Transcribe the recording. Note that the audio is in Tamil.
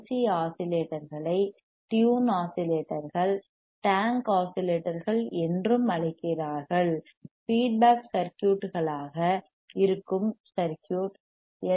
சி ஆஸிலேட்டர்களை டியூன் ஆஸிலேட்டர்கள் டேங்க் ஆஸிலேட்டர்கள் என்றும் அழைக்கிறார்கள் ஃபீட்பேக் சர்க்யூட்களாக இருக்கும் சர்க்யூட் எல்